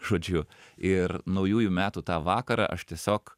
žodžiu ir naujųjų metų tą vakarą aš tiesiog